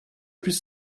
plus